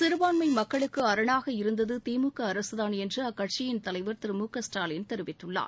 சிறுபான்மை மக்களுக்கு அரணாக இருந்தது திமுக அரசுதான் என்று அக்கட்சியின் தலைவர் திரு மு க ஸ்டாலின் தெரிவித்துள்ளார்